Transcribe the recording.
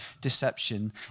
deception